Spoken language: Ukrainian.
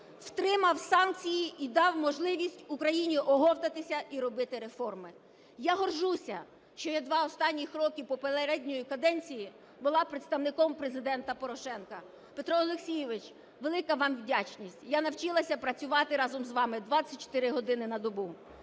втримав санкції і дав можливість Україні оговтатися і робити реформи. Я горджуся, що я два останні роки попередньої каденції була представником Президента Порошенка. Петро Олексійович, велика вам вдячність! Я навчилася працювати разом з вами 24 години на добу.